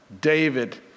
David